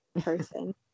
person